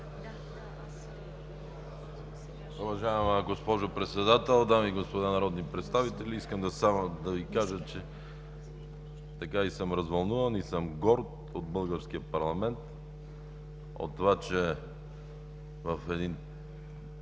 Уважаема госпожо Председател, дами и господа народни представители! Искам само да Ви кажа, че съм развълнуван и горд от българския парламент за това, че в един